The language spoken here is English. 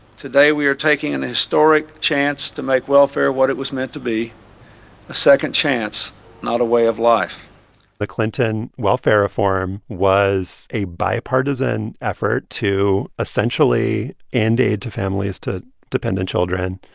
today we are taking an historic chance to make welfare what it was meant to be a second chance not a way of life the clinton welfare reform was a bipartisan effort to, essentially, end aid to families to dependent children,